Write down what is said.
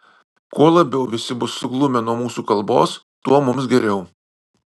kuo labiau visi bus suglumę nuo mūsų kalbos tuo mums geriau